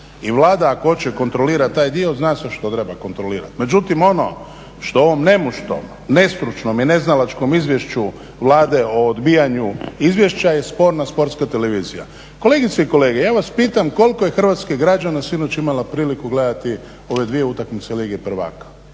i Vlada ako hoće kontrolirati taj dio, zna se što treba kontrolirati. Međutim, ono što ovom …, nestručnom i neznalačkom izvješću Vlade o odbijanju izvješća je sporno sportska televizija. Kolegice i kolege, ja vas pitam koliko je hrvatskih građana sinoć imalo priliku gledati ove dvije utakmice lige prvaka?